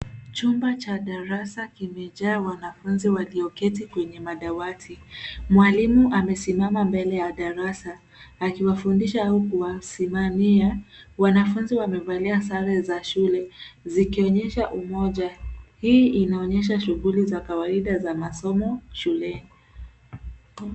Chumba cha darasa kimejaa wanafunzi walioketi kwenye madawati. Mwalimu amesimama mbele ya darasa akiwafundisha au kuwasimamia. Wanafunzi wamevalia sare za shule zikionyesha umoja. Hii inaonyesha shughuli za kawaida za masomo shuleni.